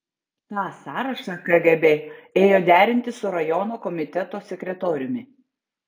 tą sąrašą kgb ėjo derinti su rajono komiteto sekretoriumi